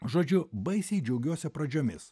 žodžiu baisiai džiaugiuosi pradžiomis